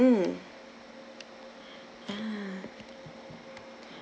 mm ah